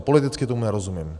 Politicky tomu nerozumím.